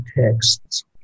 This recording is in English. texts